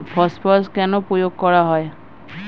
Phosphorus কেন প্রয়োগ করা হয়?